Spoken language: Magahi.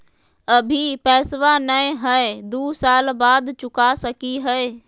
अभि पैसबा नय हय, दू साल बाद चुका सकी हय?